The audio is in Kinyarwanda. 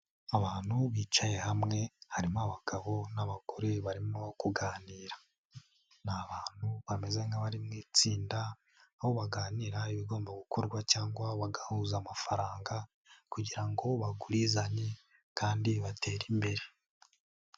Abantu bicaye hamwe, harimo abagabo n'abagore barimo kuganira, ni abantu bameze nk'abari mu itsinda, aho baganira ibigomba gukorwa cyangwa bagahuza amafaranga kugira ngo bagurizanye kandi batere imbere.